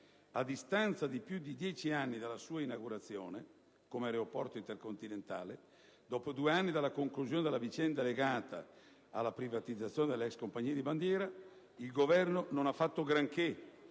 a distanza di più di dieci anni dalla sua inaugurazione come aeroporto intercontinentale, dopo due anni dalla conclusione della vicenda legata alla privatizzazione dell'ex compagnia di bandiera, il Governo non ha fatto molto